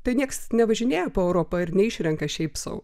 tai niekas nevažinėja po europą ir neišrenka šiaip sau